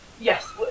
Yes